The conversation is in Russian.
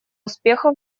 успеха